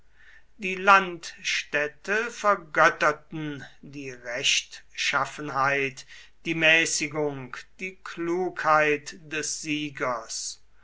die landstädte vergötterten die rechtschaffenheit die mäßigung die klugheit des siegers